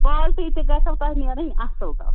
quality تہِ گَژھیٚو تۄہہِ نیرٕنۍ اصٕل تَتھ